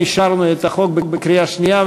אישרנו את הצעת החוק בקריאה שנייה.